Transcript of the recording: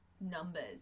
Numbers